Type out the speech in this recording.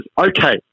Okay